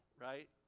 right